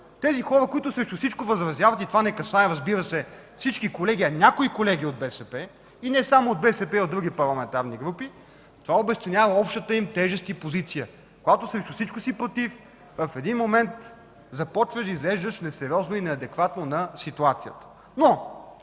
тези хора, които възразяват срещу всичко – и това не касае, разбира се, всички колеги, а някои колеги от БСП, и не само от БСП, а и от други парламентарни групи, това обезценява общата им тежест и позиция. Когато срещу всичко си против, в един момент започваш да изглеждаш несериозно и неадекватно на ситуацията.